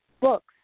books